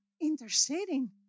interceding